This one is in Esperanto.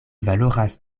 valoras